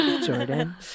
jordan